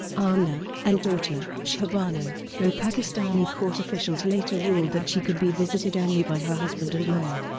aamna, and daughter, shehrbano, though pakistani court officials later ruled that she could be visited only by her husband and lawyer.